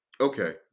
Okay